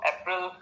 April